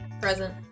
Present